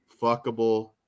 fuckable